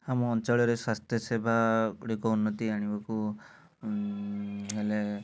ଆମ ଅଞ୍ଚଳରେ ସ୍ବାସ୍ଥ୍ୟସେବା ଗୁଡ଼ିକ ଉନ୍ନତି ଆଣିବାକୁ ହେଲେ